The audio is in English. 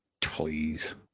Please